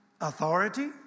authority